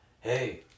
hey